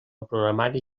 programari